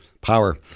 power